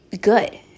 good